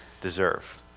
deserve